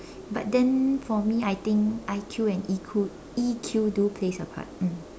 but then for me I think I_Q and E_Q E_Q do plays a part mm